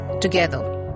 together